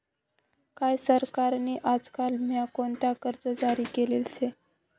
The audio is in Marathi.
काय सरकार नी आजकाल म्हा कोणता कर्ज जारी करेल शे